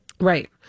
Right